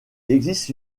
existe